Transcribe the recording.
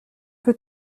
peu